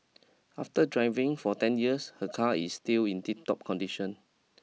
after driving for ten years her car is still in tiptop condition